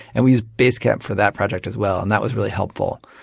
and we used basecamp for that project, as well and that was really helpful.